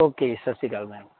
okay ਜੀ ਸਤਿ ਸ਼੍ਰੀ ਅਕਾਲ ਮੈਮ